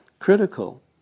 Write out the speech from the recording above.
critical